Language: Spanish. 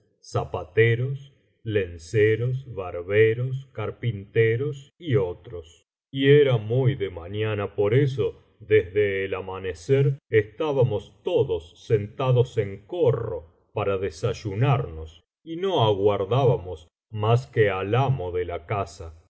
zapateros lenceros barbaros carpinteros y otros y era muy de mañana por eso desde el amanecer estábamos todos sentados en corro para desay uñarnos y no aguardábamos mas que al amo de la casa